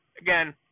Again